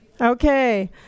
Okay